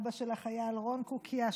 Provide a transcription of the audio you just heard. אבא של החייל רון קוקיא,